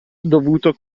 dovuto